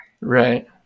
Right